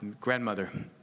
grandmother